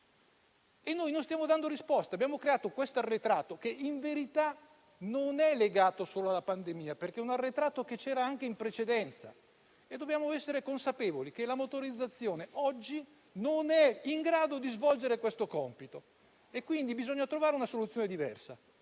Noi non stiamo dando risposte. Abbiamo creato un arretrato, che, in verità, non è legato solo alla pandemia perché c'era anche in precedenza. Dobbiamo essere consapevoli che la motorizzazione oggi non è in grado di svolgere questo compito, quindi bisogna trovare una soluzione diversa.